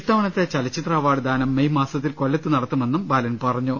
ഇത്തവണത്തെ ചലച്ചിത്ര അവാർഡ് ദാനം മെയ് മാസ ത്തിൽ കൊല്ലത്ത് നടത്തുമെന്നും ബാലൻ പറഞ്ഞു